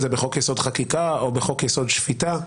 זה בחוק-יסוד: חקיקה או בחוק-יסוד: שפיטה,